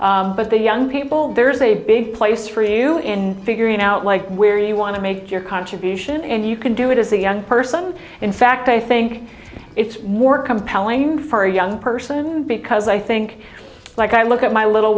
but the young people there's a big place for you in figuring out like where you want to make your contribution and you can do it as a young person in fact i think it's more compelling for a young person because i think like i look at my little